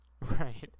Right